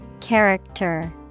Character